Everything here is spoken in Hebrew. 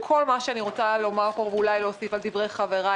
כל מה שאני רוצה לומר פה ואולי להוסיף על דברי חבריי